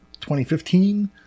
2015